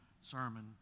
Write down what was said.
sermon